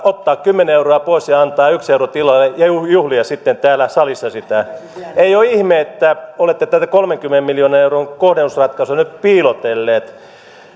ottaa kymmenen euroa pois ja antaa yksi euro tilalle ja juhlia juhlia sitten täällä salissa sitä ei ole ihme että olette tätä kolmenkymmenen miljoonan euron kohdennusratkaisua nyt piilotelleet